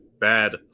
Bad